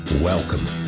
welcome